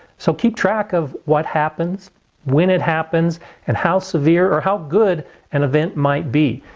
so keep track of what happens when it happens and how severe or how good an event might be.